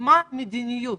מה המדיניות,